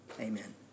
Amen